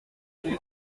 rue